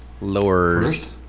Lures